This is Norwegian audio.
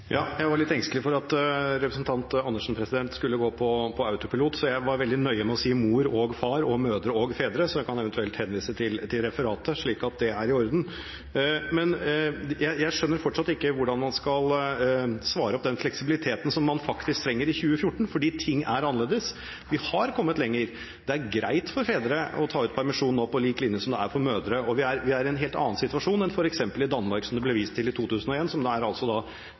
Jeg var litt engstelig for at representanten Andersen skulle gå på autopilot, så jeg var veldig nøye med å si mor og far og mødre og fedre. Så jeg kan eventuelt henvise til referatet – slik at det er i orden. Men jeg skjønner fortsatt ikke hvordan man skal svare opp den fleksibiliteten som man faktisk trenger i 2014, fordi ting er annerledes. Vi har kommet lenger. Det er greit for fedre å ta ut permisjon nå, på lik linje som det er for mødre, og vi er i en helt annen situasjon enn f.eks. Danmark i 2001 – for 13 år siden – som det ble vist til.